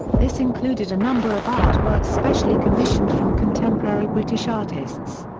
this included a number of artworks specially commissioned from contemporary british artists.